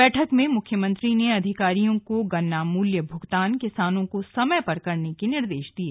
बैठक में मुख्यमंत्री ने अधिकारियों को गन्ना मूल्य भुगतान किसानों को समय पर करने के निर्देश दिये